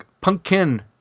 Pumpkin